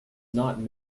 not